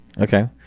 Okay